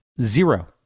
Zero